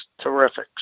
terrific